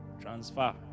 transfer